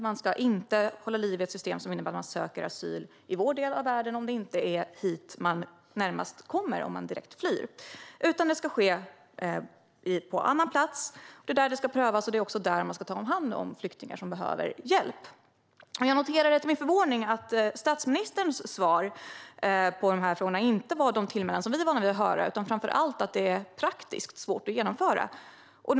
Man ska inte hålla liv i ett system som innebär att människor söker asyl i vår del av världen om det inte är hit man närmast kommer om man flyr, utan det ska ske på annan plats. Det är där det ska prövas, och det är också där man ska ta hand om flyktingar som behöver hjälp. Jag noterade till min förvåning att den svenska statsministerns svar på detta inte bestod av de tillmälen som vi är vana vid att höra, utan framför allt handlade om att detta är praktiskt svårt att genomföra.